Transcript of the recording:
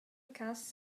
cass